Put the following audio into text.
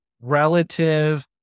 relative